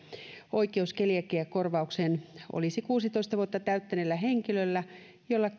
oikeus keliakiakorvaukseen olisi kuusitoista vuotta täyttäneellä henkilöllä jolla